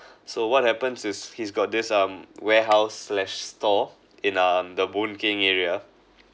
so what happens is he's got this um warehouse slash store in um the Boon Keng area